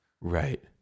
right